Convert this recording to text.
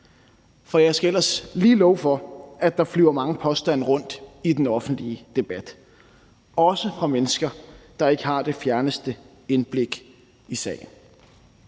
For jeg skal ellers lige love for, at der flyver mange påstande rundt i den offentlige debat, også fra mennesker, der ikke har det fjerneste indblik i sagen,